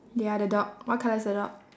ya the dog what colour is the dog